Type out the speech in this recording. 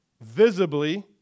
visibly